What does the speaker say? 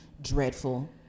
dreadful